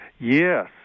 Yes